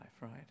Right